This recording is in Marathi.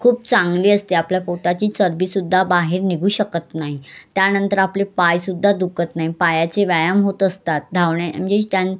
खूप चांगली असते आपल्या पोटाची चरबीसुद्धा बाहेर निघू शकत नाही त्यानंतर आपले पायसुद्धा दुखत नाही पायाचे व्यायाम होत असतात धावणे म्हणजे त्यां